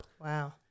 Wow